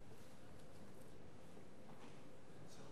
כן.